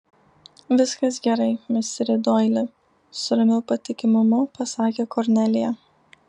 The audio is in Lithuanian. viskas gerai misteri doili su ramiu patikimumu pasakė kornelija